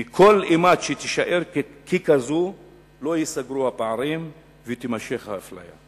וכל אימת שתישאר כזאת לא ייסגרו הפערים ותימשך האפליה.